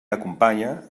acompanye